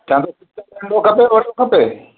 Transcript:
तव्हां खे कुकर नंढो खपे वॾो खपे